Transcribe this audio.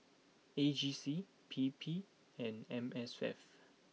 A G C P P and M S F